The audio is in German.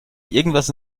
irgendwas